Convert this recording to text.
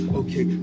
okay